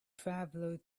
travelers